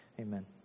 amen